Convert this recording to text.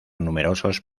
numerosos